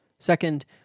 Second